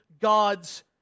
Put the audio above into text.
God's